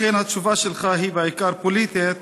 לכן, התשובה שלך היא בעיקר פוליטית,